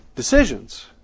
decisions